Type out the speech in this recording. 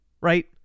Right